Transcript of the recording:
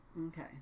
Okay